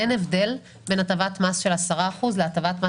אין הבדל בין הטבת מס של 10% להטבת מס